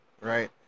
right